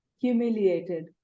humiliated